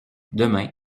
demain